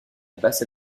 basse